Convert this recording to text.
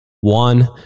One